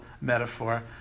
metaphor